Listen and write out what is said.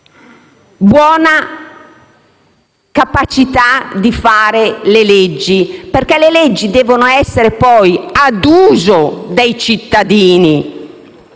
buona capacità di fare le leggi, perché esse devono essere poi ad uso dei cittadini,